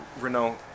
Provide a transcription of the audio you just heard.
Renault